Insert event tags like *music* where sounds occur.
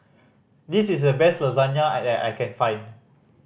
this is the best Lasagne *unintelligible* that I can find